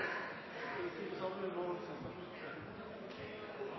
tilsette, så